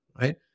right